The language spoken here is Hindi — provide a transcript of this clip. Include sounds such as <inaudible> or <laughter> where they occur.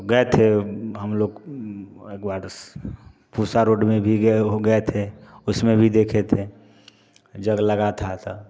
गए थे हम लोग <unintelligible> पूसा रोड में भी गए हो गए थे उसमें भी देखे थे जग लगा था तो